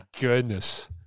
goodness